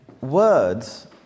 words